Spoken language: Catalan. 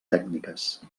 tècniques